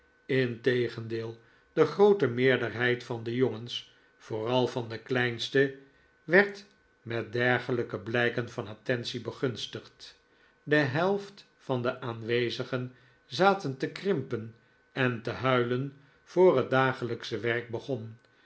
integendeel de groote meerderheid van de jongens vooral van de kleinste werd met dergelijke blijken van attentie begunstigd de helft van de aanwezigen zaten te krimpen en te huilen voor het dagelijksche werk begon